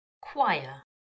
Choir